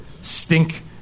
stink